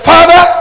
Father